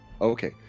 okay